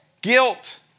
guilt